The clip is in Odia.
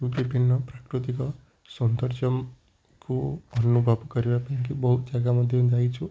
ବିଭିନ୍ନ ପ୍ରାକୃତିକ ସୌନ୍ଦର୍ଯ୍ୟକୁ ଅନୁଭବ କରିବା ପାଇଁ ବହୁତ ଜାଗା ମଧ୍ୟ ଯାଇଛୁ